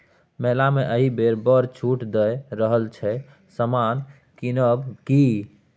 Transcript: मेला मे एहिबेर बड़ छूट दए रहल छै समान किनब कि?